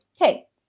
okay